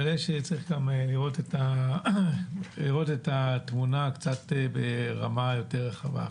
אבל צריך גם לראות התמונה קצת ברמה יותר רחבה.